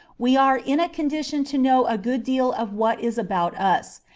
we are in a condition to know a good deal of what is about us,